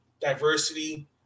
diversity